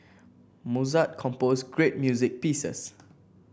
Mozart composed great music pieces